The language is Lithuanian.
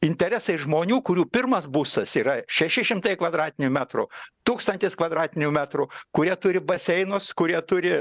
interesai žmonių kurių pirmas būstas yra šeši šimtai kvadratinių metrų tūkstantis kvadratinių metrų kurie turi baseinus kurie turi